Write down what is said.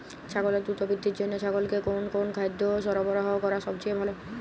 ছাগলের দ্রুত বৃদ্ধির জন্য ছাগলকে কোন কোন খাদ্য সরবরাহ করা সবচেয়ে ভালো?